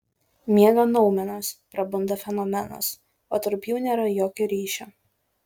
miega noumenas prabunda fenomenas o tarp jų nėra jokio ryšio